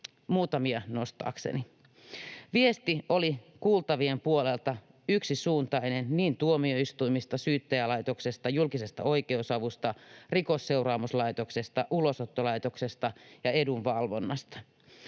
muutamia nostaakseni. Viesti oli kuultavien puolelta yksisuuntainen niin tuomioistuimista, Syyttäjälaitoksesta, julkisesta oikeusavusta, Rikosseuraamuslaitoksesta, Ulosottolaitoksesta kuin edunvalvonnastakin.